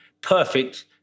perfect